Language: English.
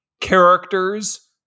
characters